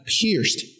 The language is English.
pierced